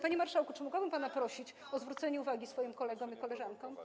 Panie marszałku, czy mogłabym pana prosić o zwrócenie uwagi swoim kolegom i koleżankom?